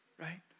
right